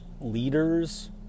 leaders